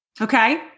Okay